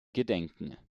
gedenken